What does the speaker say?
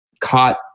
caught